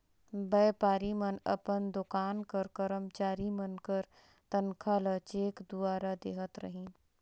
बयपारी मन अपन दोकान कर करमचारी मन कर तनखा ल चेक दुवारा देहत रहिन